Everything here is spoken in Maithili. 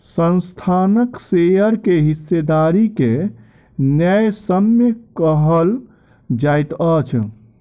संस्थानक शेयर के हिस्सेदारी के न्यायसम्य कहल जाइत अछि